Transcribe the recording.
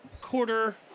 Quarter